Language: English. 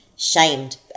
shamed